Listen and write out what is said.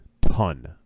ton